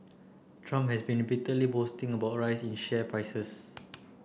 Trump has been repeatedly boasting about rise in share prices